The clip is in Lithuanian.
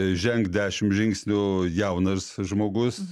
žengs dešimt žingsnių jaunas žmogus